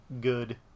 good